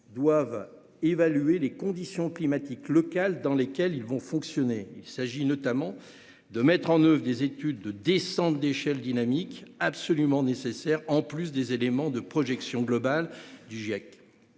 effet l'évaluation des conditions climatiques locales dans lesquelles ces centrales vont fonctionner. Il s'agit notamment de mettre en oeuvre des études de descente d'échelle dynamique, absolument nécessaires en sus des éléments de projection globale issus